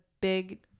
big